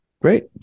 Great